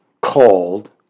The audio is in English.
called